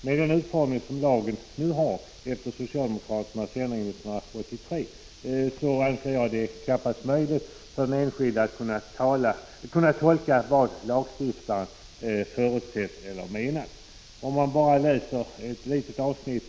Med den utformning som lagen nu har efter socialdemokraternas ändring i den år 1983, anser jag det knappast möjligt för den enskilde att kunna tolka vad lagstiftaren har förutsatt eller menat.